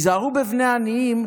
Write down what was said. היזהרו בבני עניים,